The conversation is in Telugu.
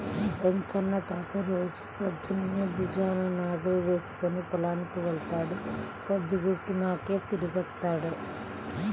వెంకన్న తాత రోజూ పొద్దన్నే భుజాన నాగలి వేసుకుని పొలానికి వెళ్తాడు, పొద్దుగూకినాకే తిరిగొత్తాడు